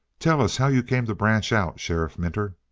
tell us how you came to branch out, sheriff minter?